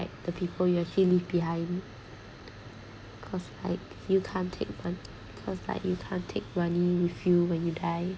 the people you actually leave behind me cause like you can't take mon~ cause like you can't take money with you when you die